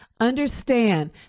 Understand